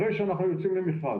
הרי שאנחנו יוצאים למכרז.